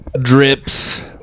Drips